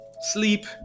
sleep